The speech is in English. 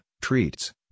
treats